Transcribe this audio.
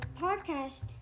podcast